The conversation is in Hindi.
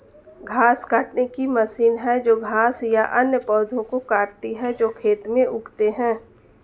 घास काटने की मशीन है जो घास या अन्य पौधों को काटती है जो खेत में उगते हैं